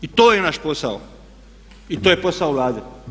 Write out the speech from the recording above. I to je naš posao i to je posao Vlade.